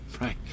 right